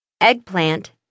eggplant